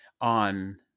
on